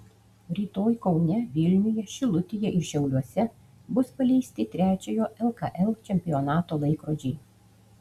rytoj kaune vilniuje šilutėje ir šiauliuose bus paleisti trečiojo lkl čempionato laikrodžiai